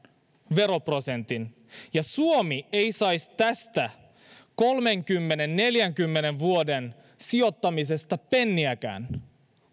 veroprosentin ja suomi ei saisi tästä kolmenkymmenen viiva neljänkymmenen vuoden sijoittamisesta penniäkään